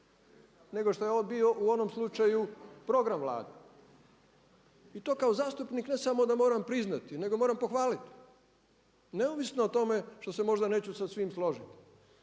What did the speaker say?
nego što je on bio u onom slučaju program Vlade. I to kao zastupnik ne samo da moram priznati nego moram pohvaliti. Neovisno o tome što se možda neću sa svime složiti